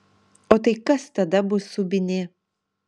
o tai kas tada bus subinė